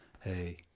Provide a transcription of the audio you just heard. hey